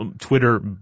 Twitter